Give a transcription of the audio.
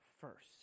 first